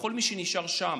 לכל מי שנשאר שם,